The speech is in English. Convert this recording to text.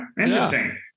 Interesting